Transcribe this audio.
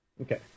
Okay